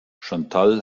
chantal